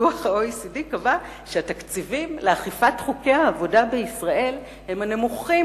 דוח ה-OECD קבע שהתקציבים לאכיפת חוקי העבודה בישראל הם הנמוכים